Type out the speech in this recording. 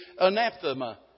anathema